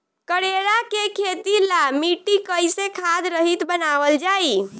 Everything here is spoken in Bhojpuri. करेला के खेती ला मिट्टी कइसे खाद्य रहित बनावल जाई?